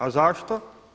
A zašto?